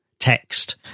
text